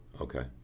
Okay